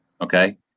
Okay